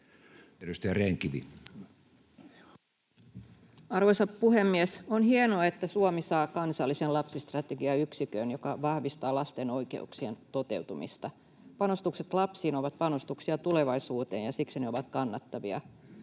Content: Arvoisa puhemies! On hienoa, että Suomi saa kansallisen lapsistrategiayksikön, joka vahvistaa lasten oikeuksien toteutumista. Panostukset lapsiin ovat panostuksia tulevaisuuteen, ja siksi ne ovat kannattavia.